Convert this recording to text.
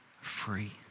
free